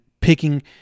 picking